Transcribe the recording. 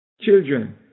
children